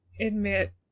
admit